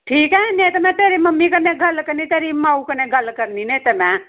ठीक ऐ नेईं तां में तेरी मम्मी कन्नै गल्ल करनी माऊ कन्नै गल्ल करनी नेईं तां में